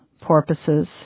porpoises